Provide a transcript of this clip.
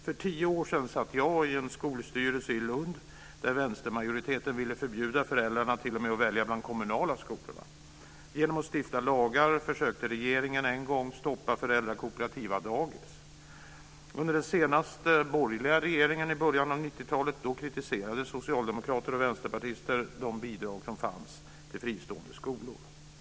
För tio år sedan satt jag i en skolstyrelse i Lund, där vänstermajoriteten t.o.m. ville förbjuda föräldrarna att välja bland de kommunala skolorna. Genom att stifta lagar försökte regeringen en gång stoppa föräldrakooperativa dagis. Under den senaste borgerliga regeringen, i början av 90-talet, kritiserade socialdemokrater och vänsterpartister de bidrag som fanns till fristående skolor.